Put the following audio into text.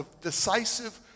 decisive